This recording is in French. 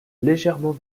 légèrement